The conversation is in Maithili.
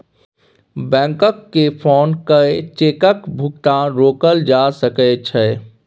बैंककेँ फोन कए चेकक भुगतान रोकल जा सकै छै